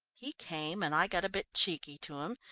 he came and i got a bit cheeky to him,